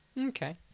okay